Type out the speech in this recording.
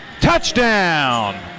touchdown